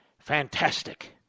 Fantastic